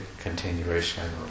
continuation